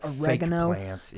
oregano